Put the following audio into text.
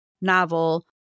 novel